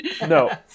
No